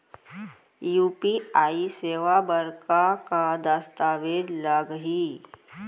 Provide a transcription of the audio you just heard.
UPI सेवा बर का का दस्तावेज लागही?